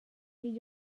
with